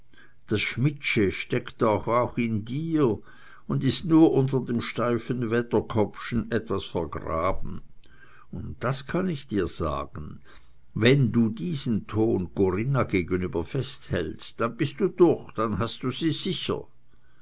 das schmidtsche steckt doch auch in dir und ist nur unter dem steifen wedderkoppschen etwas vergraben und das kann ich dir sagen wenn du diesen ton corinna gegenüber festhältst dann bist du durch dann hast du sie sicher